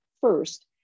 first